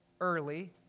early